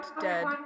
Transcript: Dead